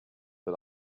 but